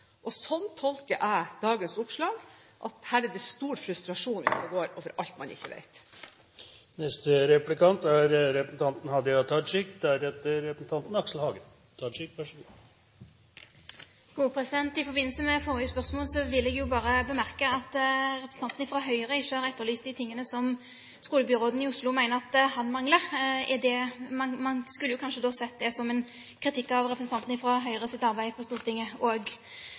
tolker dagens oppslag sånn at her er det stor frustrasjon ute og går over alt man ikke vet. I forbindelse med forrige spørsmål vil jeg bare bemerke at representanten fra Høyre ikke har etterlyst de tingene som skolebyråden i Oslo mener at han mangler. Man skulle kanskje sett det også som en kritikk av arbeidet til representanten fra Høyre på Stortinget. Men spørsmålet mitt knytter seg til det alle vet, nemlig at Høyre har en uhelbredelig forkjærlighet for prøver og